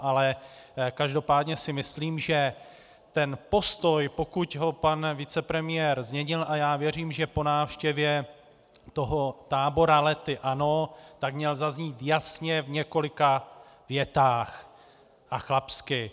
Ale každopádně si myslím, že postoj, pokud ho pan vicepremiér změnil, a věřím, že po návštěvě tábora Lety ano, tak měl zaznít jasně v několika větách a chlapsky.